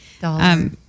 dollar